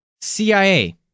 CIA